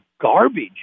garbage